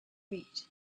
read